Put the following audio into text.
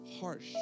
harsh